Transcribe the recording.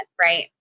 right